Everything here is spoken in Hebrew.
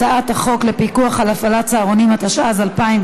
הצעת החוק לפיקוח על הפעלת צהרונים, התשע"ז 2017,